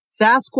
sasquatch